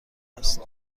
است